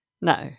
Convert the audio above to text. No